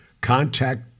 contact